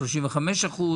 35%,